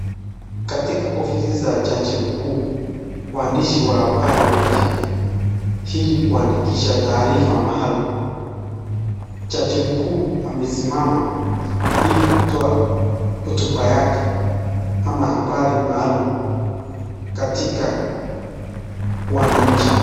Katika ofisi za jaji mkuu, waandishi wa habari wamefika ili kuandikisha taarifa maalum. Jaji mkuu amesimama ili kutoa hotuba yake ama habari maalum katika wananchi.